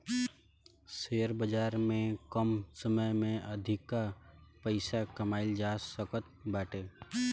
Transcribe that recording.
share बाजार में कम समय में अधिका पईसा कमाईल जा सकत बाटे